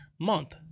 month